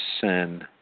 sin